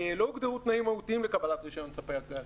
לא הוגדרו תנאים מהותיים לקבלת רישיון ספק גז.